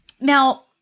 Now